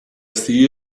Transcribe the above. see